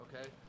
Okay